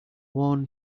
worn